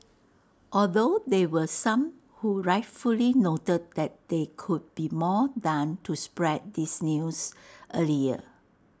although there were some who rightfully noted that there could be more done to spread this news earlier